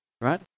right